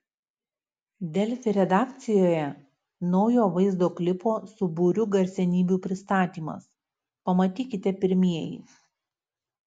delfi redakcijoje naujo vaizdo klipo su būriu garsenybių pristatymas pamatykite pirmieji